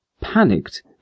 panicked